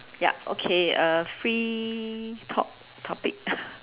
yup okay uh free talk topic